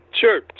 Sure